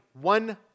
one